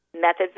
methods